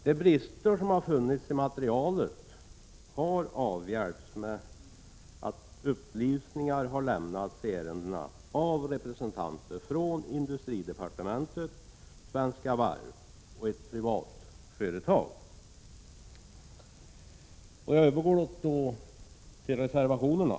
De brister som har funnits i materialet har avhjälpts med att upplysningar har lämnats i ärendena av representanter från industridepartementet, Svenska Varv och ett privat företag. Jag övergår så till reservationerna.